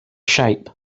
shape